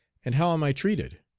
and how am i treated?